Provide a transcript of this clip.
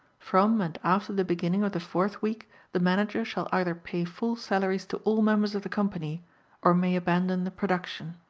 from and after the beginning of the fourth week the manager shall either pay full salaries to all members of the company or may abandon the production.